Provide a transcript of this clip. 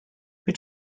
but